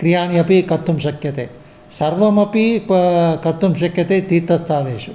क्रियाणि अपि कर्तुं शक्यते सर्वमपि प कर्तुं शक्यते तीर्थस्थानेषु